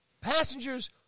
Passengers